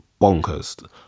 bonkers